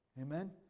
amen